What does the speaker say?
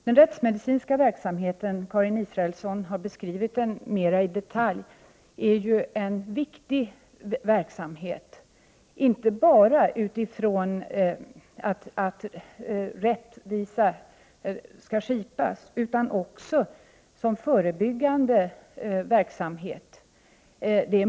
Den rättsmedicinska verksamheten — Karin Israelsson har beskrivit den mera i detalj — är ju viktig inte bara för att rättvisa skall skipas utan också som förebyggande verksamhet.